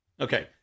Okay